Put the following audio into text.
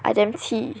I damn 气